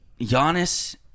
Giannis